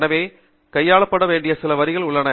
எனவே கையாளப்பட வேண்டிய சில வழிகள் உள்ளன